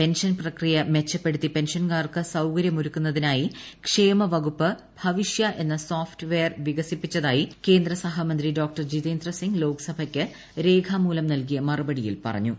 pension പ്രക്രിയ മെച്ചപ്പെടുത്തി പെൻഷൻകാർക്ക് സൌകര്യമൊരുക്കുന്നതിനായി ക്ഷേമവകുപ്പ് ഭവിഷൃ എന്ന സോഫ്റ്റ് വെയർ വികസിപ്പിച്ചതായി കേന്ദ്ര സഹമന്ത്രി ഡോക്ടർ ജിതേന്ദ്ര സിംഗ് ലോക്സഭയ്ക്ക് രേഖാമൂലം നൽകിയ മറുപടിയിൽ പറഞ്ഞു